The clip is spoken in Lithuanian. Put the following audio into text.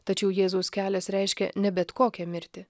tačiau jėzaus kelias reiškia ne bet kokią mirtį